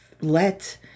let